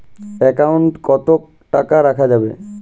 Account কত টাকা রাখা যাবে?